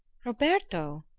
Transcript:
roberto!